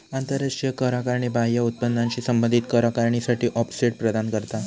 आंतराष्ट्रीय कर आकारणी बाह्य उत्पन्नाशी संबंधित कर आकारणीसाठी ऑफसेट प्रदान करता